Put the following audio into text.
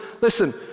listen